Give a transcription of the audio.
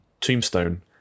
tombstone